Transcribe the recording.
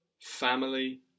family